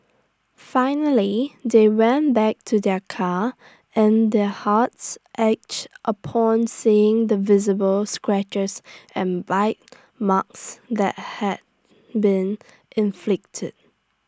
finally they went back to their car and their hearts ached upon seeing the visible scratches and bite marks that had been inflicted